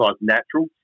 natural